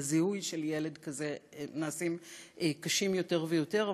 והזיהוי של ילד כזה נעשים קשים יותר ויותר.